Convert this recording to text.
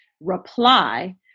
Reply